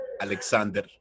Alexander